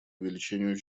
увеличению